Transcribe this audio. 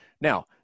Now